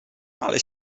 ale